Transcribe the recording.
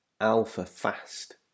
alpha-fast